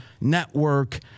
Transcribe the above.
network